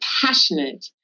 passionate